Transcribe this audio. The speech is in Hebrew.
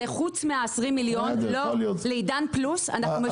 זה חוץ מ-20 מיליון לעידן פלוס אנחנו משלמים --- יכול להיות.